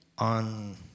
on